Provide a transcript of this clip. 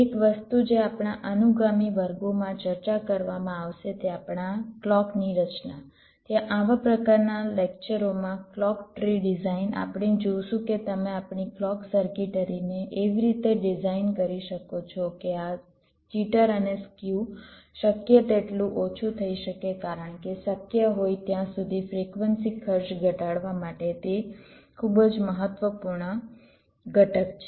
એક વસ્તુ જે આપણા અનુગામી વર્ગોમાં ચર્ચા કરવામાં આવશે તે આપણા ક્લૉકની રચનામાં ત્યાં આવા પ્રકારના લેક્ચરોમાં ક્લૉક ટ્રી ડિઝાઇન આપણે જોશું કે તમે આપણી ક્લૉક સર્કિટરીને એવી રીતે ડિઝાઇન કરી શકો છો કે આ જિટર અને સ્ક્યુ શક્ય તેટલું ઓછું થઈ શકે કારણ કે શક્ય હોય ત્યાં સુધી ફ્રિક્વન્સી ખર્ચ ઘટાડવા માટે તે ખૂબ જ મહત્વપૂર્ણ ઘટક છે